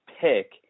pick